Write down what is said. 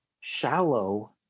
shallow